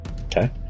Okay